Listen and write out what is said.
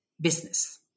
business